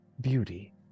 beauty